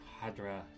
Hadra